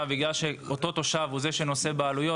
בגלל שאותו תושב הוא זה שנושא בעלויות,